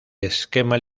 esquema